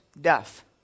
death